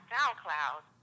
SoundCloud